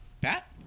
Pat